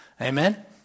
Amen